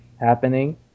happening